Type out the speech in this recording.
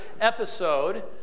episode